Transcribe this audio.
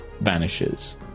vanishes